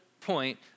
point